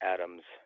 Adam's